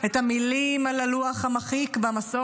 את המילים על הלוח המחיק במסוק,